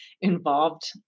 involved